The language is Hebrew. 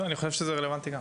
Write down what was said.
אני גם חושב שזה רלוונטי.